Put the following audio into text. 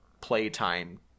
playtime